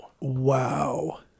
wow